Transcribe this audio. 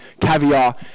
caviar